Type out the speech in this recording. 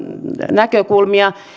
näkökulmia